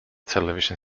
television